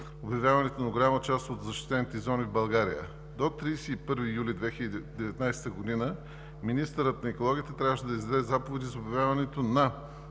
обявяването на голяма част от защитените зони в България. До 31 юли 2019 г. министърът на екологията трябваше да издаде заповеди за обявяването на